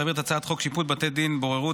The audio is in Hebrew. להעביר את הצעת חוק שיפוט בתי דין (בוררות),